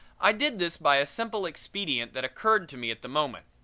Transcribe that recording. i did this by a simple expedient that occurred to me at the moment.